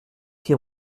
qui